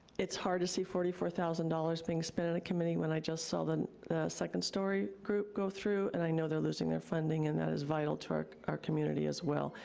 it's hard to see forty four thousand dollars being spent on a committee when i just saw the second story group go through, and i know they're losing their funding, and that is vital to our our community as well.